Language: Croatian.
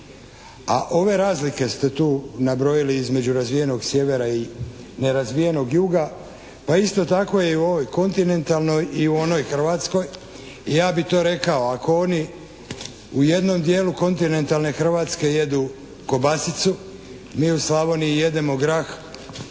A ove razlike ste tu nabrojili između razvijenog sjevera i nerazvijenog juga. Pa isto tako je i u ovoj kontinentalnoj i u onoj Hrvatskoj. Ja bi to rekao, ako oni u jednom dijelu kontinentalne Hrvatske jedu kobasicu, mi u Slavoniji jedemo grah,